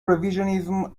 revisionism